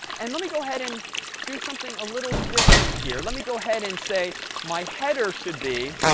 and let me go ahead and do something a little different here. let me go ahead and say my header should be